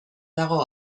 dago